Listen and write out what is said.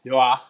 有啊